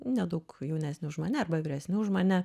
nedaug jaunesni už mane arba vyresni už mane